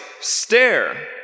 stare